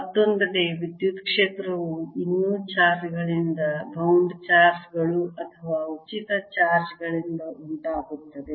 ಮತ್ತೊಂದೆಡೆ ವಿದ್ಯುತ್ ಕ್ಷೇತ್ರವು ಇನ್ನೂ ಚಾರ್ಜ್ ಗಳಿಂದ ಬೌಂಡ್ ಚಾರ್ಜ್ ಗಳು ಅಥವಾ ಉಚಿತ ಚಾರ್ಜ್ ಗಳಿಂದ ಉಂಟಾಗುತ್ತದೆ